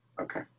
Okay